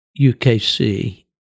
UKC